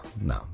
no